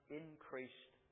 increased